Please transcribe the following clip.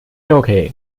okay